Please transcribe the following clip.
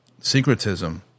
secretism